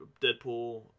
Deadpool